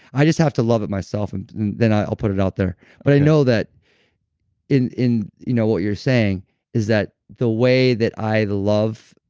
i just have to love it myself, and then i'll put it out there but i know that in in you know what you're saying is that the way that i love.